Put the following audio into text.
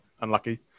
unlucky